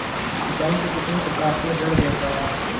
Bank कितने प्रकार के ऋण देता है?